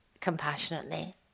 compassionately